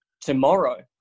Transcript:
tomorrow